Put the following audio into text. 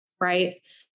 Right